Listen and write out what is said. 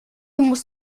muss